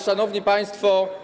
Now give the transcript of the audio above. Szanowni Państwo!